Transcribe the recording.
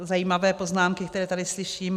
Zajímavé poznámky, které tady slyším.